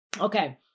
Okay